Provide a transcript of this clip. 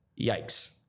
yikes